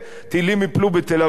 טילים ייפלו בתל-אביב,